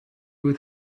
would